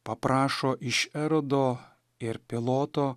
paprašo iš erodo ir piloto